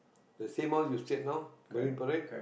the same house you stayed now Marine Parade